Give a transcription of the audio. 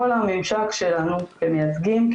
כל הממשק שלנו כמייצגים,